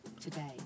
Today